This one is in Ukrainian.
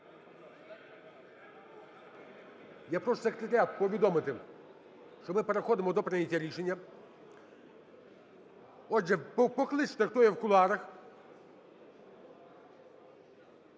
Я прошу Секретаріат повідомити, що ми переходимо до прийняття рішення. Отже, покличте, хто є в кулуарах.